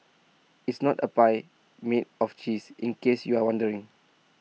it's not A pie made of cheese in case you're wondering